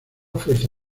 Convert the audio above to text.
fuerza